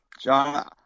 John